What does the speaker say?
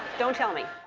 don't tell me.